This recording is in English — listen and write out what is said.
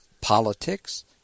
politics